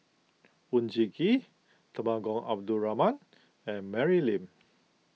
Oon Jin Gee Temenggong Abdul Rahman and Mary Lim